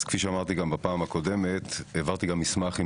כפי שאמרתי גם בפעם הקודמת העברתי מסמך עם